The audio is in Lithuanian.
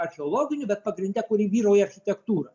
archeologinių bet pagrinde kur vyrauja architektūra